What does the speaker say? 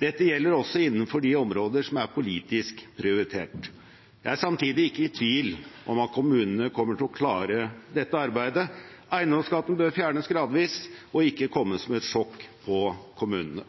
Dette gjelder også innenfor de områdene som er politisk prioritert. Jeg er samtidig ikke i tvil om at kommunene kommer til å klare dette arbeidet. Eiendomsskatten bør fjernes gradvis og ikke komme som et sjokk på kommunene.